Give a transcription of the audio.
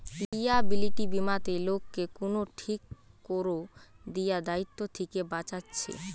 liability বীমাতে লোককে কুনো ঠিক কোরে দিয়া দায়িত্ব থিকে বাঁচাচ্ছে